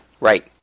right